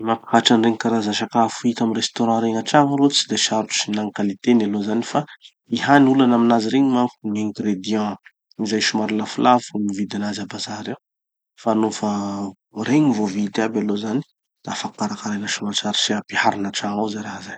Gny mampihatra any regny karaza sakafo hita amy restaurant regny antrano aloha tsy de sarotsy, na gny qualité-ny aloha zany fa gny hany olana aminazy regny manko gny ingrédients, zay somary lafolafo gny mividy anazy a bazary ao. Fa nofa regny gny voavidy aby aloha zany, da afaky karakaraina soamantsara sy ampiharina antragno ao ze raha zay.